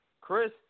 Chris